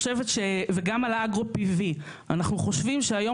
וגם על האגרו PV. אנחנו חושבים שהיום